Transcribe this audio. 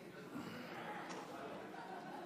אדוני היושב-ראש,